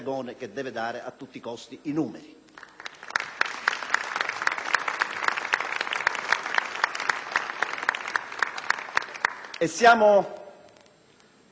Siamo ad una svolta importante nella storia dell'ammodernamento della nostra Repubblica,